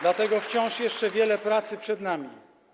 Dlatego wciąż jeszcze wiele pracy przed nami.